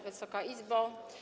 Wysoka Izbo!